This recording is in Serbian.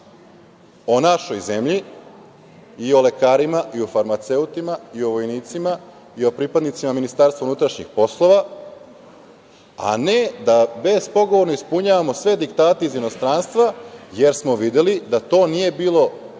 o našoj zemlji i o lekarima i o farmaceutima i o vojnicima i pripadnicima MUP-a, a ne da bespogovorno ispunjavamo sve diktate iz inostranstva jer smo videli da to nije bilo